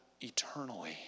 eternally